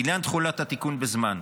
לעניין תחולת התיקון בזמן,